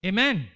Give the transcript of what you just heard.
Amen